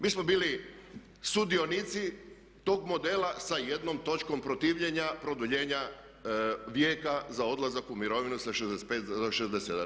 Mi smo bili sudionici tog modela sa jednom točkom protivljenja, produljenja vijeka za odlazak u mirovinu sa 65. na 67.